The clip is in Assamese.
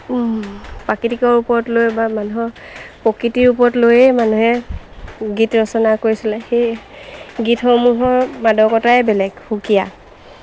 প্ৰাকৃতিকৰ ওপৰত লৈ বা মানুহৰ প্ৰকৃতিৰ ওপৰত লৈয়ে মানুহে গীত ৰচনা কৰিছিলে সেই গীতসমূহৰ মাদকতাই বেলেগ সুকীয়া